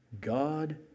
God